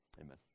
Amen